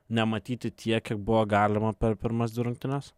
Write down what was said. nematyti tiek kiek buvo galima per pirmas dvi rungtynes